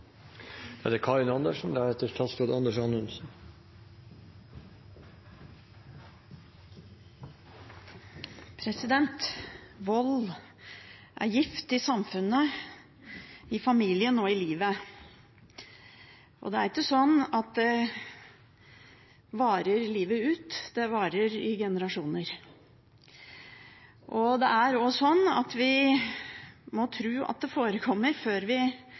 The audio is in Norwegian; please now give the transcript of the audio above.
Vold er gift i samfunnet, i familien og i livet. Og det varer ikke bare livet ut – det varer i generasjoner. Det er også sånn at vi må tro at det forekommer, før vi